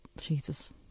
Jesus